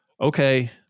okay